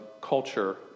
culture